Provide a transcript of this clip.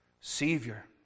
Savior